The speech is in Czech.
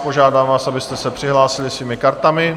Požádám vás, abyste se přihlásili svými kartami.